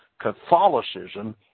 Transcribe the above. Catholicism